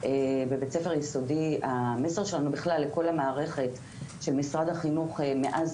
בבית ספר יסודי המסר שלנו בכלל לכל המערכת של משרד החינוך מאז